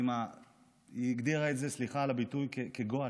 היא הגדירה את זה, סליחה על הביטוי, כגועל.